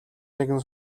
нэгэн